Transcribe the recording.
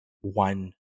one